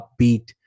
upbeat